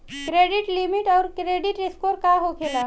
Credit limit आउर credit score का होखेला?